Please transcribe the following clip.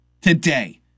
today